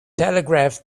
telegraph